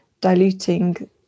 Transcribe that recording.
diluting